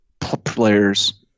players